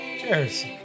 Cheers